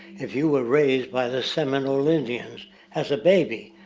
if you were raised by the seminole indians as a baby,